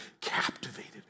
captivated